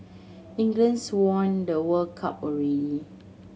England's won the World Cup already